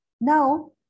Now